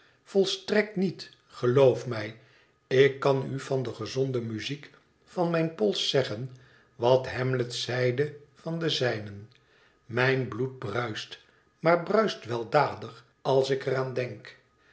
volstrekt niet geloof mij ik kan u van de gezonde muziek van mijn pols zeggen wat hamlet zeide van den zijnen mijn bloed bruist maar bruist weldadig als ik er aan denk